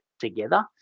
together